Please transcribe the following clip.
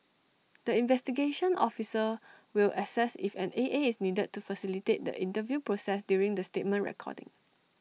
the investigation officer will assess if an A A is needed to facilitate the interview process during the statement recording